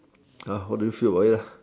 ya what do you feel about it lah